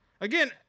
Again